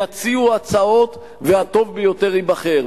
יציעו הצעות והטוב ביותר ייבחר.